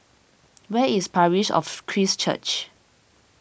where is Parish of Christ Church